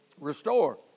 restore